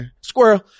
Squirrel